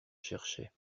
cherchais